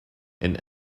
and